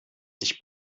sich